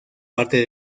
parte